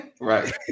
right